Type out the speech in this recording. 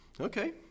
Okay